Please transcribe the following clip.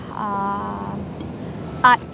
uh art